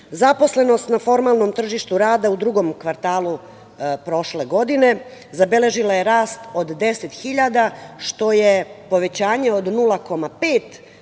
Zaposlenost na formalnom tržištu rada u drugom kvartalu prošle godine zabeležila je rast od deset hiljada, što je povećanje od 0,5%